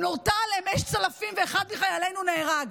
נורתה עליהם אש צלפים ואחד מחיילנו נהרג.